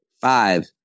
Five